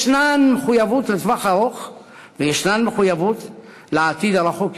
יש מחויבויות לטווח הארוך ויש מחויבויות לעתיד הרחוק יותר.